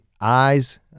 eyes